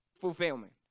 fulfillment